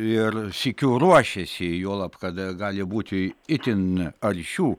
ir sykiu ruošiasi juolab kad gali būti itin aršių